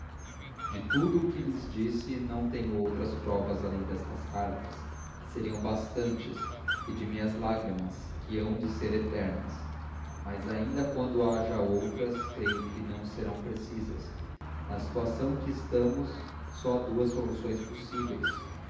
de tudo o que lhes disse não tenho outras provas além destas cartas que seriam bastantes e de minhas lágrimas que hão de ser eternas mas ainda quando haja outras creio que não serão precisas na situação em que estamos só há duas soluções possíveis